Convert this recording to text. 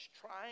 trying